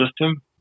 system